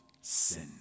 sin